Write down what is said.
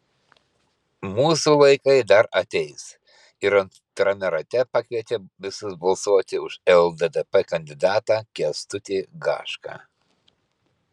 mūsų laikai dar ateis ir antrame rate pakvietė visus balsuoti už lddp kandidatą kęstutį gašką